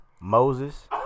Moses